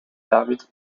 damit